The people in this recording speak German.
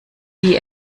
die